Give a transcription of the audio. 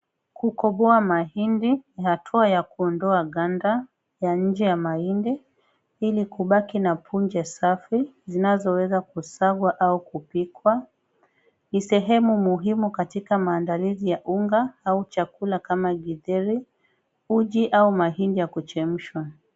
Kukoboa mahindi ni hatua ya kutoa ganda ya nje ya mahindi ili kubaki na punje safi zinazoweza kusagwa au kupikwa. Ni sehemu muhimu katika maandalizi ya unga au cakula kama Githeri , uji au mahindi ya kuchemshwa.